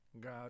god